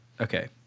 okay